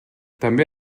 també